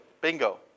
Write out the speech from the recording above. Bingo